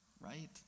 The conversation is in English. right